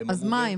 אז מה הם?